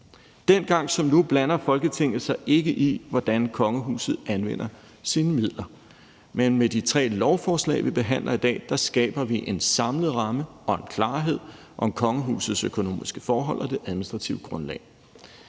Dengang som nu blander Folketinget sig ikke i, hvordan kongehuset anvender sine midler, men med de tre lovforslag, vi behandler i dag, skaber vi en samlet ramme for og en klarhed over kongehusets økonomiske forhold og det administrative grundlag.